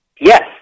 Yes